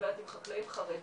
מדברת עם חקלאים חרדים